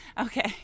Okay